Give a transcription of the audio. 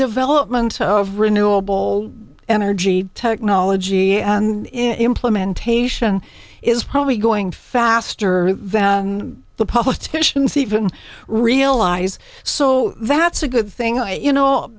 development of renewable energy technology and in implementation is probably going faster than the politicians even realize so that's a good thing i you know